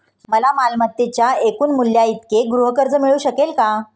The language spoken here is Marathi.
मला मालमत्तेच्या एकूण मूल्याइतके गृहकर्ज मिळू शकेल का?